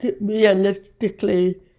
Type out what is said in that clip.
realistically